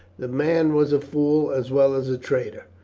the man was a fool as well as a traitor.